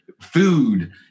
food